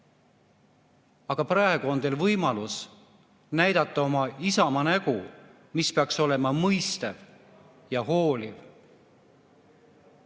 Aga praegu on teil võimalus näidata oma Isamaa nägu, mis peaks olema mõistev ja hooliv.